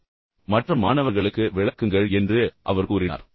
தயவுசெய்து எழுந்து மற்ற மாணவர்களுக்கு விளக்குங்கள் என்று அவர் கூறினார்